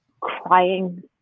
crying